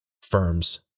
firms